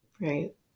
right